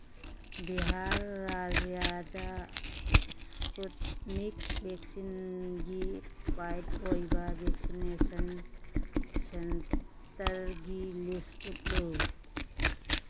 ꯕꯤꯍꯥꯔ ꯔꯥꯖ꯭ꯌꯥꯗ ꯏꯁꯄꯨꯠꯅꯤꯛ ꯚꯦꯛꯁꯤꯟꯒꯤ ꯄꯥꯏꯠ ꯑꯣꯏꯕ ꯚꯦꯛꯁꯤꯅꯦꯁꯟ ꯁꯦꯟꯇꯔꯒꯤ ꯂꯤꯁ ꯎꯠꯂꯨ